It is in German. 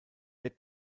der